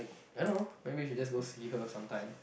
I don't know maybe we should just go see her sometime